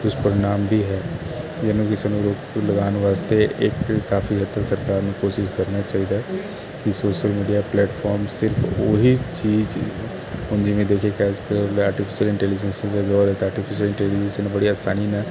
ਦੁਸ਼ਪ੍ਰਣਾਮ ਵੀ ਹੈ ਜਿਵੇਂ ਕਿ ਇਸਨੂੰ ਰੋਕ ਲਗਾਉਣ ਵਾਸਤੇ ਇੱਕ ਕਾਫੀ ਹੱਥੋਂ ਸਰਕਾਰ ਨੂੰ ਕੋਸ਼ਿਸ਼ ਕਰਨੇ ਚਾਹੀਦਾ ਕਿ ਸੋਸ਼ਲ ਮੀਡੀਆ ਪਲੇਟਫਾਰਮ ਸਿਰਫ ਉਹੀ ਚੀਜ਼ ਹੁਣ ਜਿਵੇਂ